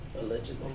Allegedly